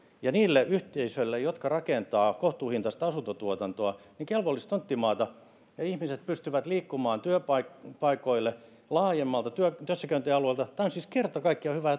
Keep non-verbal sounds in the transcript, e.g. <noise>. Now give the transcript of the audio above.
ja niille yhteisöille jotka rakentavat kohtuuhintaista asuntotuotantoa kelvollista tonttimaata ja ihmiset pystyvät liikkumaan työpaikoille laajemmalta työssäkäyntialueelta tämä on siis kerta kaikkiaan hyvä <unintelligible>